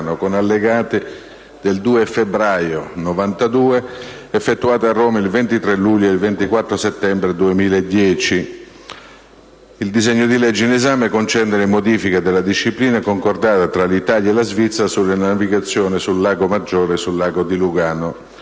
con allegati, del 2 dicembre 1992, effettuati a Roma il 23 luglio e il 24 settembre 2010. Il disegno di legge in esame concerne le modifiche della disciplina concordata tra l'Italia e la Svizzera sulla navigazione sul Lago Maggiore e sul Lago di Lugano.